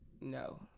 No